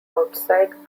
outside